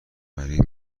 غریب